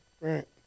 Right